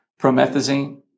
promethazine